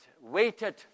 waited